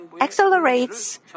accelerates